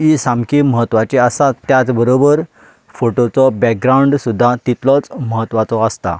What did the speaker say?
ही सामकी म्हत्वाची आसात त्याच बरोबर फोटोचो बेकग्रावंड सुद्दां तितलोच म्हत्वाचो आसता